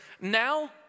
now